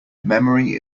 memory